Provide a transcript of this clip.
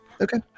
Okay